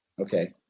Okay